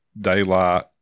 daylight